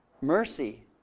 Mercy